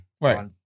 Right